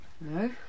no